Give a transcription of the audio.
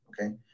Okay